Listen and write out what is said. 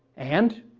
and,